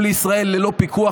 לישראל ללא פיקוח.